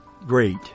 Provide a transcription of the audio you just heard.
Great